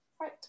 Right